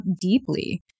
deeply